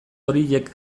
horiek